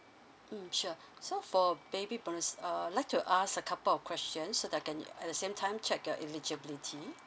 mm sure so for baby bonus err like to ask a couple of questions so that I can at the same time check you eligibility